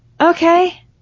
Okay